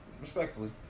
Respectfully